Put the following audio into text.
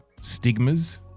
stigmas